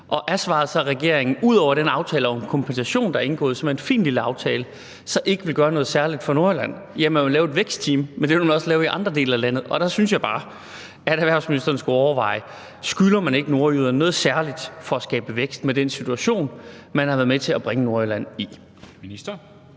Og er svaret så, regering, at man – ud over den aftale om kompensation, der er indgået, og som er en fin lille aftale – så ikke vil gøre noget særligt for Nordjylland? Ja, man vil lave et vækstteam, men det vil man også lave i andre dele af landet. Og der synes jeg bare, at erhvervsministeren skulle overveje: Med den situation, man har være med til at bringe Nordjylland i,